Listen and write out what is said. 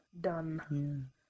Done